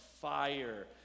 fire